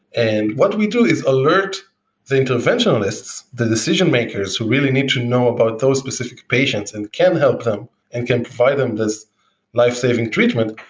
and what we do is alert the interventionalists, the decision-makers who really need to know about those specific patients and can help them and can provide them this life-saving treatment,